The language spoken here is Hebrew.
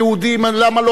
אז למה לא תצילו?